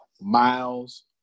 miles